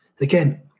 again